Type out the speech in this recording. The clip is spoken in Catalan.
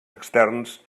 externs